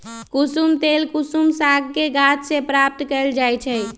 कुशुम तेल कुसुम सागके गाछ के प्राप्त कएल जाइ छइ